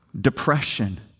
depression